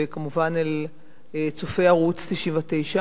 וכמובן אל צופי ערוץ-99.